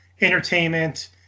entertainment